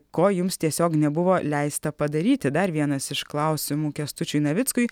ko jums tiesiog nebuvo leista padaryti dar vienas iš klausimų kęstučiui navickui